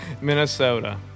Minnesota